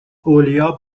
اولیاء